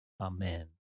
Amen